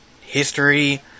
history